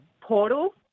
Portal